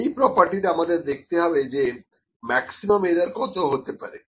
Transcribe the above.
এই প্রপার্টিটা আমাদের দেখতে হবে যে ম্যাক্সিমাম এরার কত হতে পারে